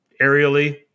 aerially